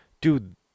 dude